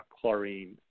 chlorine